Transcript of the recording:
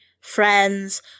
friends